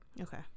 okay